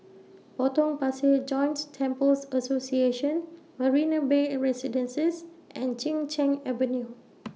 Potong Pasir Joints Temples Association Marina Bay A Residences and Chin Cheng Avenue